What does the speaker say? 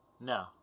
No